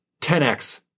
10x